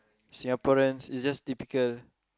Singaporeans is just typical